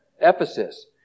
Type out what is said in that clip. Ephesus